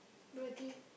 beauty